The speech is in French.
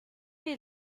est